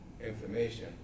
information